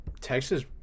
Texas